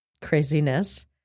craziness